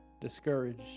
discouraged